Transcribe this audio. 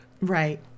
Right